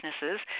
businesses